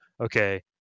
okay